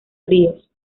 fríos